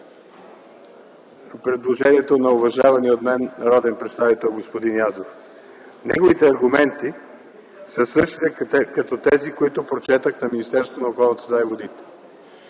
предложението на уважавания от мен народен представител господин Язов. Неговите аргументи са същите като тези на Министерството на околната среда и водите,